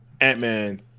Ant-Man